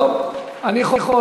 לא הספקת להצביע.